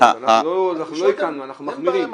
אנחנו לא הקלנו, אנחנו מחמירים.